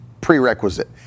prerequisite